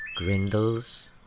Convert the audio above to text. Grindles